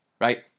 Right